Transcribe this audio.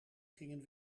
gingen